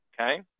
okay